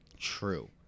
true